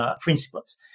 principles